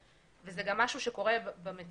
וזה גם משהו שקורה במציאות,